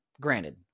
granted